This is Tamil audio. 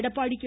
எடப்பாடி கே